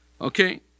Okay